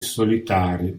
solitari